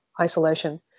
isolation